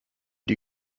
die